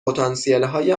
پتانسیلهای